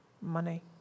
money